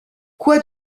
quoi